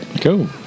Cool